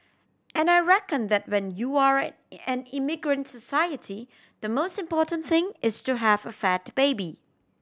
and I reckon that when you're an immigrant society the most important thing is to have a fat baby